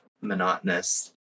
monotonous